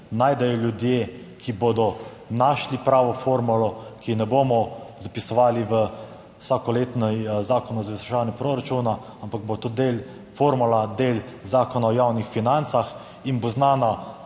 najdejo ljudje, ki bodo našli pravo formulo, ki je ne bomo zapisovali v vsakoletni Zakon o izvrševanju proračuna, ampak bo tudi del, formula del Zakona o javnih financah in bo znana